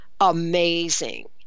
Amazing